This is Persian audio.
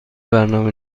برنامه